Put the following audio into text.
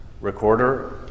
Recorder